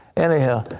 anyhow,